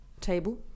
table